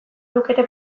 lukete